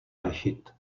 řešit